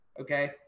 Okay